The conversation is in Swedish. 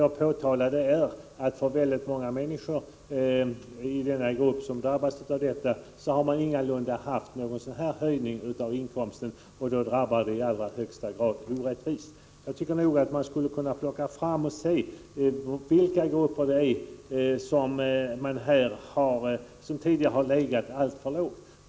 Jag påtalade emellertid att väldigt många människor i den grupp som drabbas ingalunda har haft någon sådan här höjning av inkomsten, och då drabbar bestämmelsen i allra högsta grad orättvist. Jag anser att man skulle kunna undersöka vilka grupper som har legat alltför lågt.